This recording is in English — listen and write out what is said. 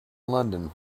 london